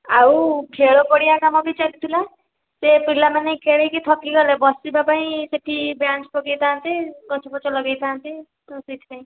ଆଉ ଖେଳପଡ଼ିଆ କାମ ବି ଚାଲିଥିଲା ସେ ପିଲାମାନେ ଖେଳିକି ଥକିଗଲେ ବସିବା ପାଇଁ ସେଠି ବ୍ୟାଞ୍ଚ୍ ପକାଇଥାନ୍ତେ ଗଛ ଫଛ ଲଗାଇଥାନ୍ତେ ତ ସେଥିପାଇଁ